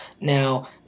Now